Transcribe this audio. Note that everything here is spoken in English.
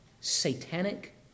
satanic